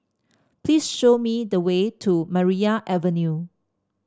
please show me the way to Maria Avenue